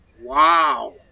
Wow